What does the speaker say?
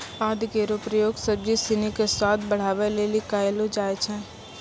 आदि केरो प्रयोग सब्जी सिनी क स्वाद बढ़ावै लेलि कयलो जाय छै